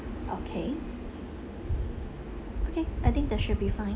okay okay I think that should be fine